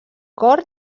cor